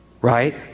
right